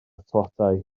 tlotai